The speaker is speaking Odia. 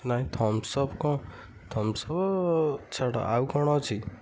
ନାହିଁ ଥମସ ଅପ କ'ଣ ଥମସ ଅପ ଛାଡ଼ ଆଉ କ'ଣ ଅଛି